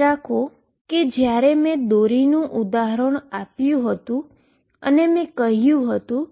યાદ રાખો જ્યારે મેં સ્ટ્રીંગ નું ઉદાહરણ આપ્યું હતું અને મેં કહ્યું હતું